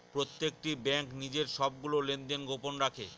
প্রত্যেকটি ব্যাঙ্ক নিজের সবগুলো লেনদেন গোপন রাখে